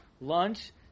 lunch